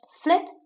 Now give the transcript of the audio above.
flip